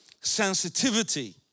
sensitivity